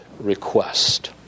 request